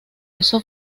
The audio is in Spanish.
eso